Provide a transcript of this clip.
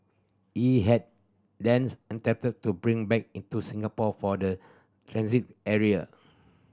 he had then attempted to bring back in to Singapore from the transit area